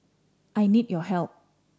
I need your help